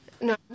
No